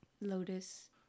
lotus